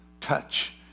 touch